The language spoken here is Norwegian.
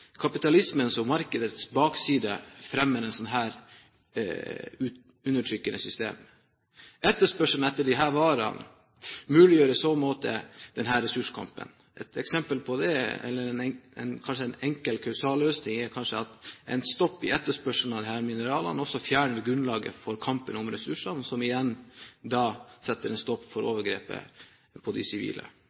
kapitalismen og markedets bakside fremmer et slikt undertrykkende system. Etterspørselen etter disse varene muliggjør i så måte denne ressurskampen. En enkel kausal løsning er kanskje at en stopp i etterspørselen etter disse mineralene også fjerner grunnlaget for kampen om ressursene, som igjen setter en stopp for overgrepene på de sivile.